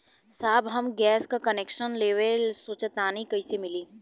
साहब हम गैस का कनेक्सन लेवल सोंचतानी कइसे मिली?